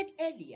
earlier